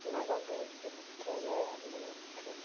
ᱚᱱᱟ ᱠᱚᱜᱮ ᱡᱤᱞ ᱯᱤᱴᱷᱟᱹᱭᱟᱞᱮ ᱰᱩᱸᱵᱩᱜ ᱯᱤᱴᱷᱟᱹ